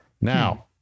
Now